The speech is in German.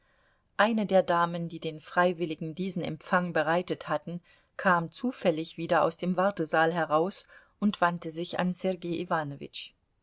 eine der damen die den freiwilligen diesen empfang bereitet hatten kam zufällig wieder aus dem wartesaal heraus und wandte sich an sergei